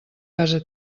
casa